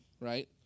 right